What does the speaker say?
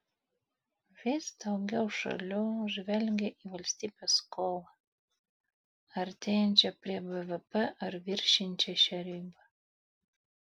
vis daugiau šalių žvelgia į valstybės skolą artėjančią prie bvp ar viršijančią šią ribą